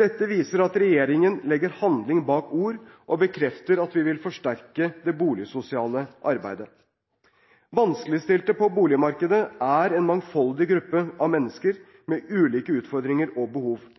Dette viser at regjeringen legger handling bak ord, og bekrefter at vi vil forsterke det boligsosiale arbeidet. Vanskeligstilte på boligmarkedet er en mangfoldig gruppe av mennesker med ulike utfordringer og behov.